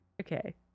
Okay